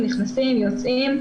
נכנסים יוצאים,